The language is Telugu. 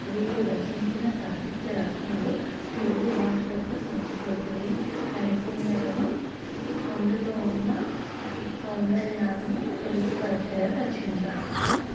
వీరు రచించిన సాహిత్య రత్నాలు తెలుగు భాష యొక్క సంస్కృతిని నైపుణ్యతను అందులో ఉన్న సౌందర్యాన్ని వ్యక్తపరిచేలా రచించారు